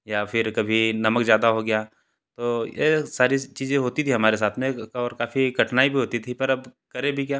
या फिर कभी नमक ज़्यादा हो गया तो यह सारी चीज़ें होती थी हमारे साथ में और काफ़ी कठिनाई भी होती थी पर अब करे भी क्या